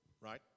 Right